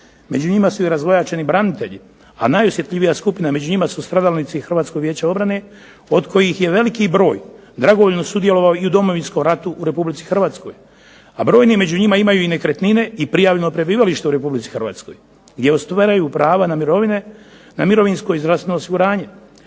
Među njima su i razvojačeni branitelji, a najosjetljivija skupina među njima su stradalnici Hrvatskog vijeća obrane, od kojih je veliki broj dragovoljno sudjelovao u Domovinskom ratu u Republici Hrvatskoj, a brojni među njima imaju i nekretnine i prijavljeno prebivalište u Republici Hrvatskoj gdje ostvaruju prava na mirovine, na mirovinsko